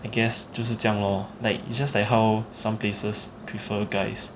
I guess 就是这样 lor like is just like how some places prefer guys